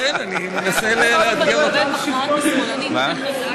לכן, אני מנסה לאתגר, אם את